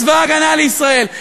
צבא הגנה לישראל,